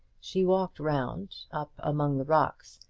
she walked round, up among the rocks,